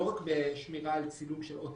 לא רק בשמירה על צילום של עותק.